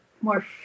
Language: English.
more